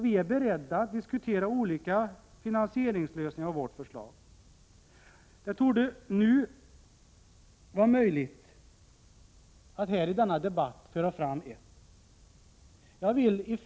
Vi är beredda att diskutera olika finansieringslösningar av vårt förslag. Det torde vara möjligt att här i denna debatt föra fram ettförslag till lösning.